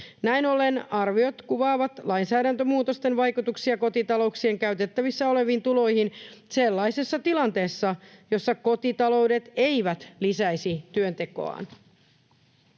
Näin ollen arviot kuvaavat lainsäädäntömuutosten vaikutuksia kotitalouksien käytettävissä oleviin tuloihin sellaisessa tilanteessa, jossa kotitaloudet eivät lisäisi työntekoaan.